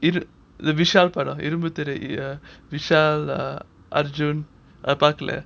விஷால் படம் இரும்பு திரை:vishal padam irumbu thirai